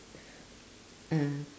uh